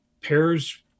pairs